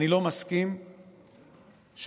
אני לא מסכים שצריך